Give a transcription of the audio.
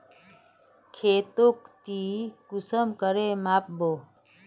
खेतोक ती कुंसम करे माप बो?